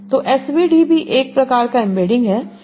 तो SVD भी एक प्रकार का एम्बेडिंग है